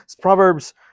Proverbs